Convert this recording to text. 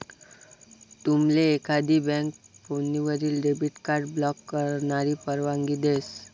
तुमले एकाधिक बँक फोनवरीन डेबिट कार्ड ब्लॉक करानी परवानगी देस